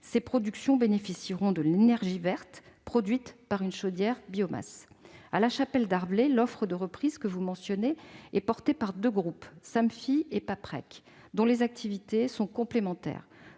Ces productions bénéficieront de l'énergie verte produite par une chaudière biomasse. À Chapelle Darblay, l'offre de reprise que vous avez mentionnée est portée par deux groupes, Samfi et Paprec, dont les activités sont complémentaires.